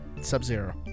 Sub-Zero